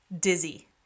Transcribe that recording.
dizzy